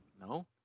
no